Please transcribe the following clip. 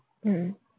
mm